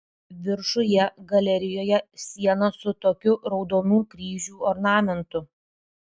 viršuje galerijoje siena su tokiu raudonų kryžių ornamentu